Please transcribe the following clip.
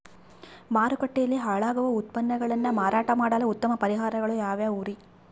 ಮಾರುಕಟ್ಟೆಯಲ್ಲಿ ಹಾಳಾಗುವ ಉತ್ಪನ್ನಗಳನ್ನ ಮಾರಾಟ ಮಾಡಲು ಉತ್ತಮ ಪರಿಹಾರಗಳು ಯಾವ್ಯಾವುರಿ?